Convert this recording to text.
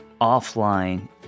offline